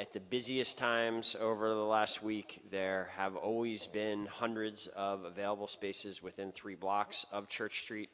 at the busiest times over the last week there have always been hundreds of available spaces within three blocks of church street